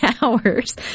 hours